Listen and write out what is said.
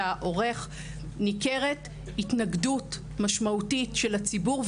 עורך ניכרת התנגדות משמעותית של הציבור,